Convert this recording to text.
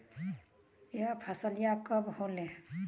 यह फसलिया कब होले?